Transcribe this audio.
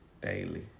Daily